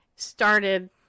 started